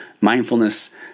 mindfulness